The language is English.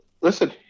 listen